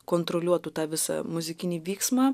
kontroliuotų tą visą muzikinį vyksmą